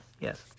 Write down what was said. Yes